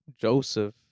Joseph